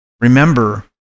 Remember